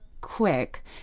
quick